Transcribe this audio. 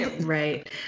Right